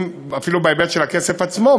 אפילו בהיבט של הכסף עצמו,